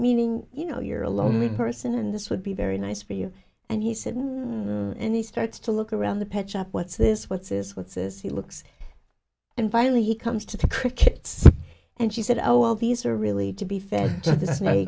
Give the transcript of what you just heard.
meaning you know you're a lonely person and this would be very nice for you and he said and he starts to look around the pet shop what's this what's is what's is he looks and finally he comes to the crickets and she said oh well these are really to be f